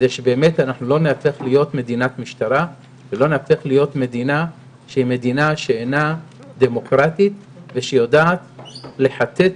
כדי שלא נהפוך להיות מדינת משטרה או מדינה שאינה דמוקרטית ושיודעת לחטט